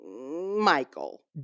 Michael